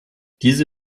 diese